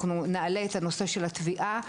נעלה את הנושא של הטביעה,